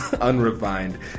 unrefined